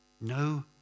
No